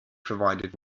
provided